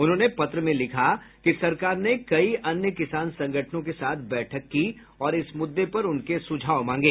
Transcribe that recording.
उन्होंने पत्र में लिखा कि सरकार ने कई अन्य किसान संगठनों के साथ बैठक की और इस मुद्दे पर उनके सुझाव मांगे